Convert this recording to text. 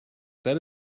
that